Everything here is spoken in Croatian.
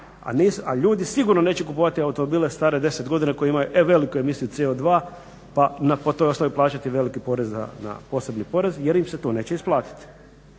a ljudi sigurno neće kupovati automobile stare deset godina koji imaju veliku emisiju CO2 pa po toj osnovi plaćati veliki porez na poseban porez jer im se to neće isplatiti.